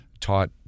taught